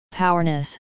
powerness